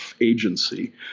agency